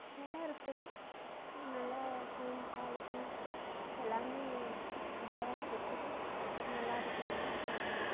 நல்லா இருக்குது நல்லா சவுண்ட் குவாலிட்டி எல்லாமே க்ளியராக கேக்குது நல்லா இருக்குதுன்னு சொல்லலாம்